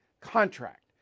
contract